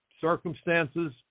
circumstances